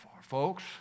Folks